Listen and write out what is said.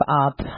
up